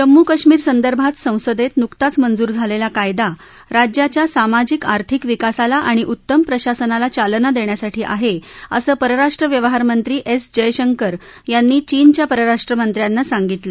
जम्मू कश्मीर संदर्भात संसदेत नुकताच मंजूर झालेला कायदा राज्याच्या सामाजिक आर्थिक विकासाला आणि उत्तम प्रशासनाला चालना देण्यासाठी आहे असं परराष्ट्र व्यवहारमंत्री एस जयशंकर यांनी चीनच्या परराष्ट्र मंत्र्यांना सांगितलं